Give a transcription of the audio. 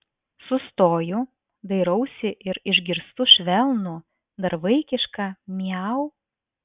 sustoju dairausi ir išgirstu švelnų dar vaikišką miau